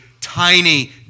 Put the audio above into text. tiny